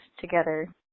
together